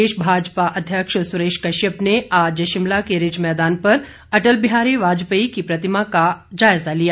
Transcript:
प्रदेश भाजपा अध्यक्ष सुरेश कश्यप ने आज शिमला के रिज मैदान पर अटल बिहारी वाजपेयी की प्रतिमा का जायजा लिया